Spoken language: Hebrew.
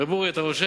ר' אורי, אתה רושם?